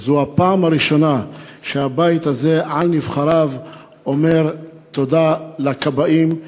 וזו הפעם הראשונה שהבית הזה על נבחריו אומר תודה לכבאים.